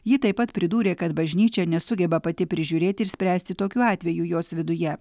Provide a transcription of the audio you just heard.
ji taip pat pridūrė kad bažnyčia nesugeba pati prižiūrėti ir spręsti tokių atvejų jos viduje